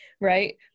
right